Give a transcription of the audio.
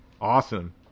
Awesome